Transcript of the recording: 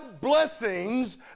blessings